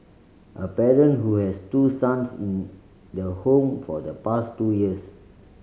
a parent who has two sons in the home for the past two years